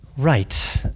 Right